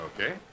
Okay